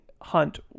hunt